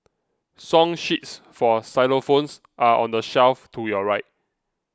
song sheets for xylophones are on the shelf to your right